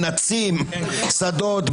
מנתצים שדות,